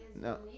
No